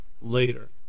later